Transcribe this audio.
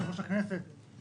יושב-ראש הכנסת,